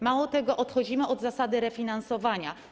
Mało tego, odchodzimy od zasady refinansowania.